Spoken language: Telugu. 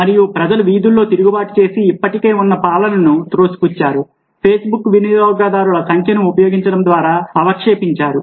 మరియు ప్రజలు వీధుల్లో తిరుగుబాటు చేసి ఇప్పటికే ఉన్న పాలనను త్రోసిపుచ్చారు Facebook వినియోగదారుల సంఖ్యను ఉపయోగించడం ద్వారా అవక్షేపించారు